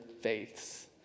faiths